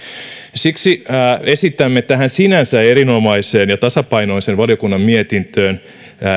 siksi esitämme tähän sinänsä erinomaiseen ja tasapainoiseen valiokunnan mietintöön